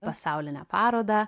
pasauline paroda